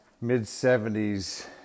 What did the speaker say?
mid-70s